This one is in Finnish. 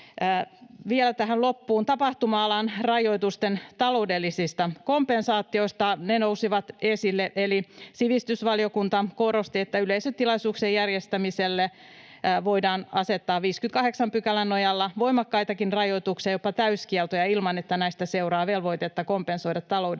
Vielä tähän loppuun tapahtuma-alan rajoitusten taloudellisista kompensaatioista: Ne nousivat esille, eli sivistysvaliokunta korosti, että yleisötilaisuuksien järjestämiselle voidaan asettaa 58 §:n nojalla voimakkaitakin rajoituksia, jopa täyskieltoja, ilman että näistä seuraa velvoitetta kompensoida taloudellista